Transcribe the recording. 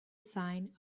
sign